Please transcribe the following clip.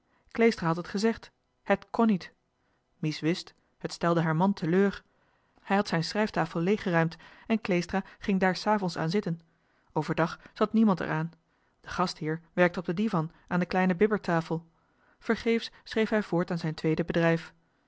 kleestra had het gezegd het kon niet mies wist het stelde haar man te leur hij had zijn schrijftafel leeggeruimd en kleestra ging daar's avonds aan zitten overdag zat niemand er aan de gastheer werkte op den divan aan de kleine bibbertafel vergeefs schreef hij voort aan zijn tweede bedrijf